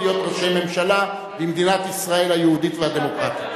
להיות ראשי ממשלה במדינת ישראל היהודית והדמוקרטית?